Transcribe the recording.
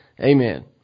Amen